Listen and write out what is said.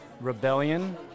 rebellion